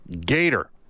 Gator